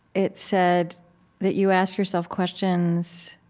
it said that you ask yourself questions,